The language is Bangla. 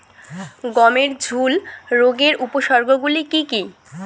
গমের ঝুল রোগের উপসর্গগুলি কী কী?